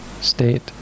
state